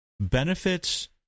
benefits